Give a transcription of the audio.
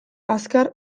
azkar